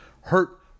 hurt